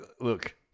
look